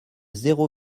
zéro